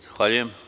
Zahvaljujem.